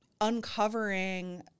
uncovering